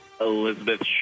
Elizabeth